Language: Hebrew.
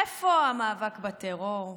איפה המאבק בטרור?